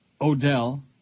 Odell